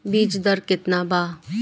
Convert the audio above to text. बीज दर केतना वा?